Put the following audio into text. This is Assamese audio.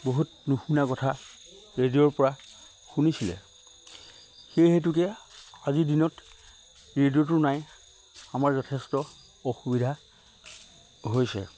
বহুত নুশুনা কথা ৰেডিঅ'ৰ পৰা শুনিছিলে সেই হেতুকে আজিৰ দিনত ৰেডিঅ'টো নাই আমাৰ যথেষ্ট অসুবিধা হৈছে